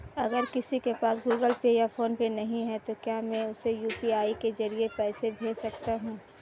अगर किसी के पास गूगल पे या फोनपे नहीं है तो क्या मैं उसे यू.पी.आई के ज़रिए पैसे भेज सकता हूं?